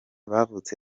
bavutse